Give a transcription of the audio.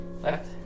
Left